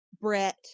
brett